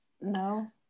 no